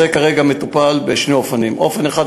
כרגע הנושא מטופל בשני אופנים: אופן אחד,